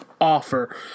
offer